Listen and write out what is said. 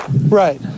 Right